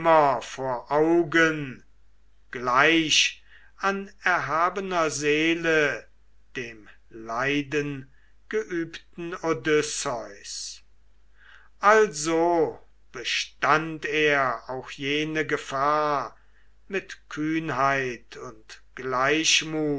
vor augen gleich an erhabener seele dem leidengeübten odysseus also bestand er auch jene gefahr mit kühnheit und gleichmut